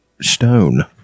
stone